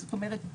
זאת אומרת,